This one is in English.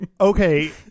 Okay